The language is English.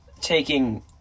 taking